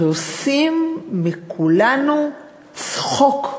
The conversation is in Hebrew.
הרי עושים מכולנו צחוק,